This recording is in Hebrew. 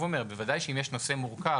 בוודאי שאם יש נושא מורכב,